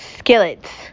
Skillets